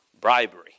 bribery